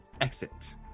exit